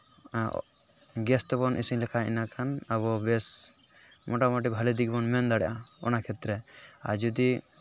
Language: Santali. ᱜᱮᱥ ᱛᱮᱵᱚᱱ ᱤᱥᱤᱱ ᱞᱮᱠᱷᱟᱡ ᱤᱱᱟᱹ ᱠᱷᱟᱱ ᱟᱵᱚ ᱵᱮᱥ ᱢᱚᱴᱟᱢᱩᱴᱤ ᱵᱷᱟᱞᱮ ᱫᱤᱠ ᱵᱚᱱ ᱢᱮᱱ ᱫᱟᱲᱮᱭᱟᱜᱼᱟ ᱚᱱᱟ ᱠᱷᱮᱛᱛᱨᱮ ᱟᱨ ᱡᱩᱫᱤ